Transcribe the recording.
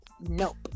Nope